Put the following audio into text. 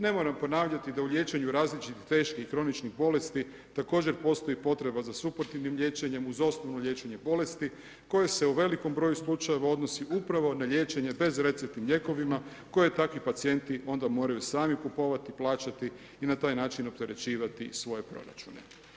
Ne moram ponavljati da u liječenju različitih, teških i kroničnih bolesti također postoji potreba za suportivnim liječenjem uz osnovno liječenje bolesti koje se u velikom broju slučajeva odnosi upravo na liječenje bezreceptnim lijekovima koje takvi pacijenti onda moraju sami kupovati, plaćati i na taj način opterećivati svoje proračune.